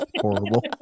horrible